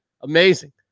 Amazing